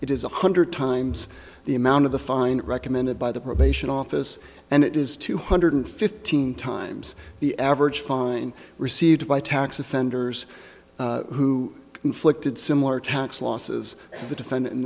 it is one hundred times the amount of the fine recommended by the probation office and it is two hundred fifteen times the average fine received by tax offenders who inflicted similar tax losses to the defendant in